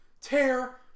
tear